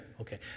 Okay